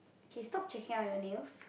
K stop checking out your nails